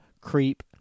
Creep